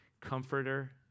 comforter